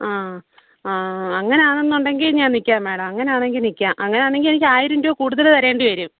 ആ ആ അങ്ങനെയാണെന്നുണ്ടെങ്കിൽ ഞാൻ നിൽക്കാം മേഡം അങ്ങനെയാണെങ്കിൽ നിൽക്കാം മാഡം അങ്ങനെയാണെങ്കിൽ എനിക്ക് ആയിരം രൂപ കൂടുതൽ തരേണ്ടിവരും